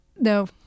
No